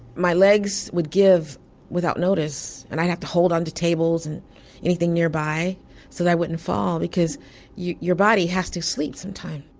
my legs would give without notice. and i had to hold on to tables and anything nearby so i wouldn't fall, because your body has to sleep sometime.